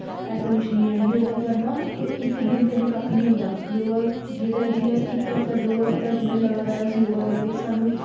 ऐसा कुछ नेईं ऐ योगा करना ते इक दिन कन्नै कक्ख नेईं होंदा योगा जेह्ड़ा जिसलै अस इक हफ्ता दो हफ्ता अस लगातार योगा करगे सानूं